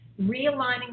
realigning